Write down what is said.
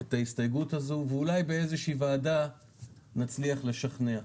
את ההסתייגות הזו ואולי באיזה שהיא ועדה נצליח לשכנע.